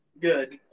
Good